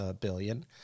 billion